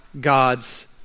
God's